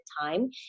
time